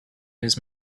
his